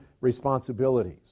responsibilities